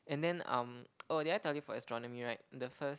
and then um oh did I tell you for astronomy right the first